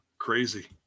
crazy